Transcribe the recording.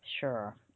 sure